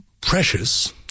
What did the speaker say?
precious